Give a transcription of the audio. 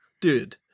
Dude